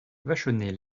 vachonnet